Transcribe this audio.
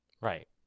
right